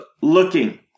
looking